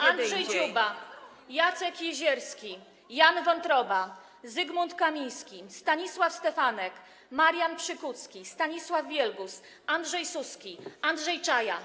Andrzej Dziuba, Jacek Jezierski, Jan Wątroba, Zygmunt Kamiński, Stanisław Stefanek, Marian Przykucki, Stanisław Wielgus, Andrzej Suski, Andrzej Czaja.